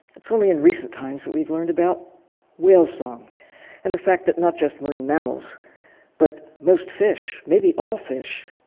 it's only in recent times that we've learned about whale song and the fact that not just marine mammals but most fish, maybe all fish,